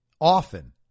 often